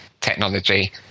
technology